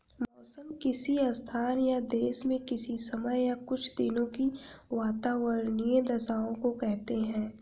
मौसम किसी स्थान या देश में किसी समय या कुछ दिनों की वातावार्नीय दशाओं को कहते हैं